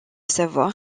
savoir